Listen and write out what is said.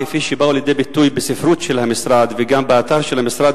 כפי שהן באו לידי ביטוי בספרות של המשרד וגם באתר המשרד,